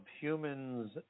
humans